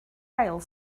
ail